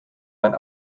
ein